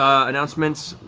um announcements,